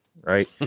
right